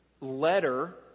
letter